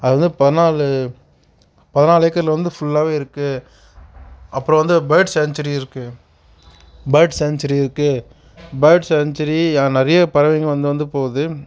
அது வந்து பதினாலு பதினாலு ஏக்கரில் வந்து ஃபுல்லாகவே இருக்குது அப்புறம் வந்து பார்ட்ஸ் சான்ட்ச்சுவரி இருக்குது பார்ட்ஸ் சான்ச்சுவரி நிறைய பறவைங்கள் வந்து வந்து போகுது